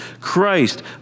Christ